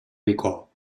recall